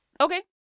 Okay